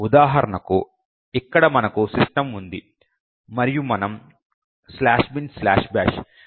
ఉదాహరణకు ఇక్కడ మనకు system ఉంది మరియు మనము "binbash" స్ట్రింగ్ను పాస్ చేస్తున్నాము